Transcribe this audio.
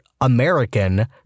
American